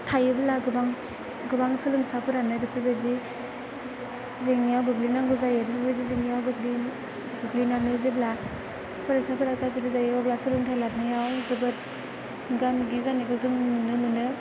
थायोब्ला गोबां गोबां सोलोंसाफोरानो बेफोरबायदि जेंनायाव गोग्लैनांगौ जायो बेफोरबायदि जेंनायाव गोग्लैनानै जेब्ला फरायसाफोरा गाज्रि जायो अब्ला सोलोंथाइ लानायाव जोबोद मोगा मोगि जानायखौ जों नुनो मोनो